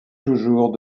toujours